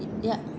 ya